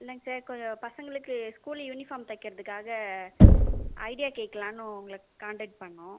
இல்லைங்க சார் கொஞ்சம் பசங்களுக்கு ஸ்கூல் யூனிஃபார்ம் தைக்கிறதுக்காக ஐடியா கேட்கலான்னு உங்களுக்கு கான்டெக்ட் பண்ணிணோம்